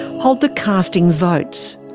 hold the casting votes.